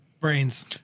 brains